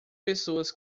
pessoas